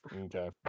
Okay